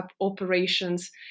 operations